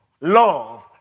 love